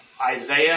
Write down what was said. Isaiah